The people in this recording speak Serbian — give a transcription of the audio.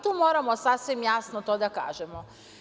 Tu moramo sasvim jasno to da kažemo.